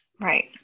Right